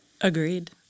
Agreed